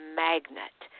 magnet